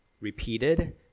repeated